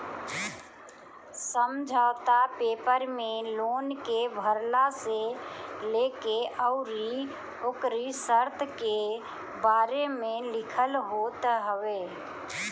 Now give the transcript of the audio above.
समझौता पेपर में लोन के भरला से लेके अउरी ओकरी शर्त के बारे में लिखल होत हवे